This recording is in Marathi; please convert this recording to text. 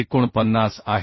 49 आहे